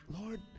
lord